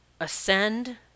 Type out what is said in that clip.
ascend